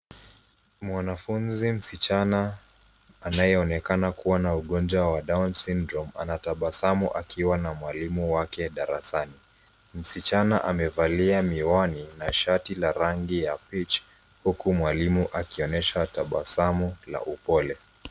Mwanafunzi msichana anayeonekana kuwa na ugonjwa wa down syndrome anatabasamu akiwa na mwalimu wake darasani. Msichana amevalia miwani na shati la rangi ya peach huku mwalimu akionyesha tabasamu na upole.